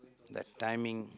that timing